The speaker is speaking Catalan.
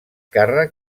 càrrec